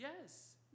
Yes